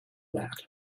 that